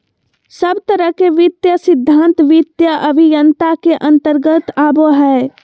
सब तरह के वित्तीय सिद्धान्त वित्तीय अभयन्ता के अन्तर्गत आवो हय